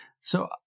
So-